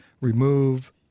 remove –